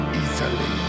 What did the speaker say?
easily